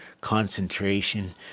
concentration